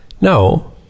no